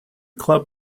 club